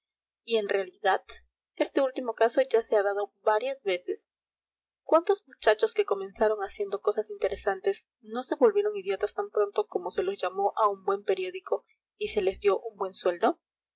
y en realidad este último caso ya se ha dado varias veces cuántos muchachos que comenzaron haciendo cosas interesantes no se volvieron idiotas tan pronto como se los llamó a un buen periódico y se les dio